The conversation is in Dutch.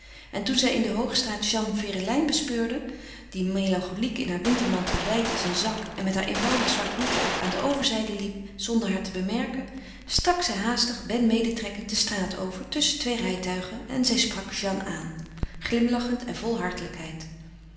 en toen zij in de hoogstraat jeanne ferelijn bespeurde die melancholiek in haar wintermantel wijd als een zak en met haar eenvoudig zwart hoedje op aan de overzijde liep zonder haar te bemerken stak zij haastig ben medetrekkend de straat over tusschen twee rijtuigen en zij sprak jeanne aan glimlachend en vol